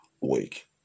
week